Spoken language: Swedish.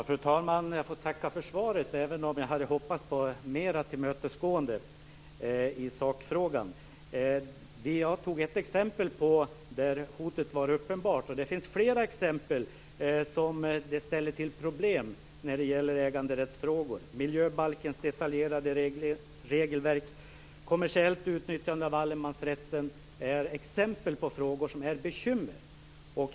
Fru talman! Jag får tacka för svaret, även om jag hade hoppats på större tillmötesgående i sakfrågan. Jag tog ett exempel på där hotet var uppenbart. Det finns exempel där det är problem när det gäller äganderättsfrågor. Miljöbalkens detaljerade regelverk, kommersiellt utnyttjande av allemansrätten är exempel på frågor som är bekymmersamma.